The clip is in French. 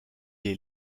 est